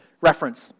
reference